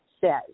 says